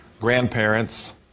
grandparents